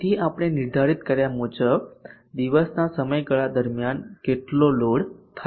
તેથી આપણે નિર્ધારિત કર્યા મુજબ દિવસના સમયગાળા દરમિયાન કેટલો લોડ થાય છે